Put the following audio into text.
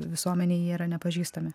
visuomenėj jie yra nepažįstami